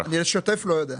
בשוטף אני לא יודע.